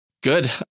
Good